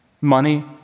money